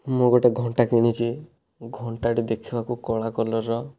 ମୁଁ ଗୋଟିଏ ଘଣ୍ଟା କିଣିଛି ଘଣ୍ଟା ଟି ଦେଖିବାକୁ କଳା କଲରର